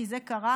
כי זה קרה